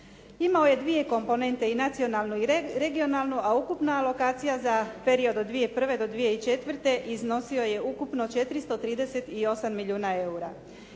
Imao je dvije komponente, i nacionalnu i regionalnu a ukupna alokacija za period od 2001. do 2004. iznosio je ukupno 438 milijuna eura.